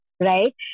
right